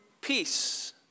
peace